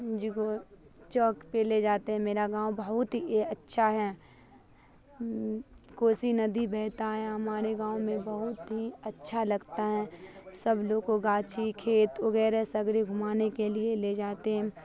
جگوئے چوک پے لے جاتے ہیں میرا گاؤں بہت ہی اچھا ہے کوسی ندی بتا ہے ہمارے گاؤں میں بہت ہی اچھا لگتا ہے سب لوگ کو گاچی کھیت وغیرہ سگڑے گھمانے کے لیے لے جاتے ہیں